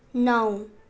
नौ